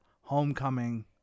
Homecoming